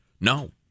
No